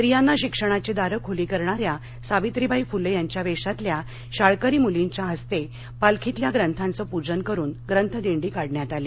स्त्रियांना शिक्षणाची दारं खुली करणाऱ्या सावित्रीबाई फुले यांच्या वेशातल्या शाळकरी मुलींच्या हस्ते पालखीतल्या ग्रंथांचं पूजन करून ग्रंथदिंडी काढण्यात आली